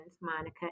Monica